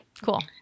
Cool